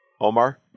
Omar